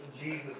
Jesus